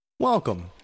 Welcome